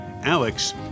Alex